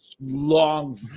long